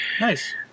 nice